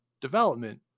development